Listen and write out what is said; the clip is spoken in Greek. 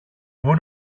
πού